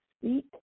speak